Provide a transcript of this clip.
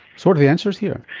sort of the answers here?